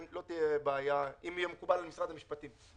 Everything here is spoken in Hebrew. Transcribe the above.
אם יהיה מקובל על משרד המשפטים.